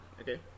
Okay